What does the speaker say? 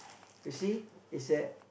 you see is a